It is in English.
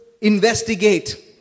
investigate